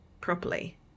properly